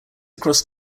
across